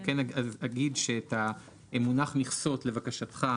אני כן אגיד שאת המונח "מכסות" החלפנו לבקשתך,